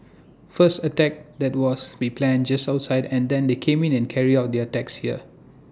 first attacks that was be planned just outside and then they come in and carry out the attacks here